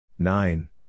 Nine